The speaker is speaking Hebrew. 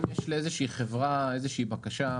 אם יש לאיזושהי חברה איזושהי בקשה,